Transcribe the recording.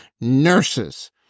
nurses